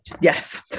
Yes